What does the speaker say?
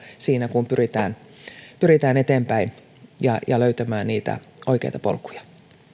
siinä kun pyritään pyritään eteenpäin ja ja löytämään niitä oikeita polkuja